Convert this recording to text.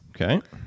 Okay